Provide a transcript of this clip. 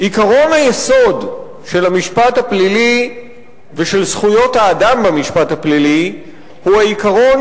עקרון היסוד של המשפט הפלילי ושל זכויות האדם במשפט הפלילי הוא העיקרון